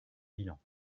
bilan